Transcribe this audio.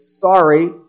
sorry